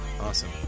Awesome